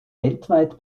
weltweit